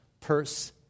purse